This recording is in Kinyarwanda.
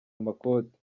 amakoti